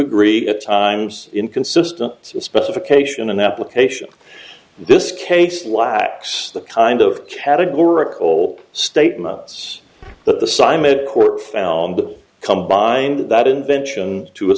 agree at times inconsistent specification and application this case lacks the kind of categorical statements that the simon court found combined that invention to a